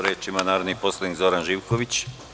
Reč ima narodni poslanik Zoran Živković.